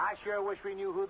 i sure wish we knew